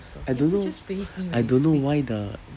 I don't know I don't know why the